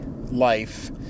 life